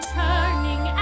turning